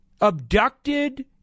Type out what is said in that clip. abducted